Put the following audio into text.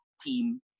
team